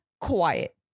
quiet